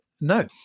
no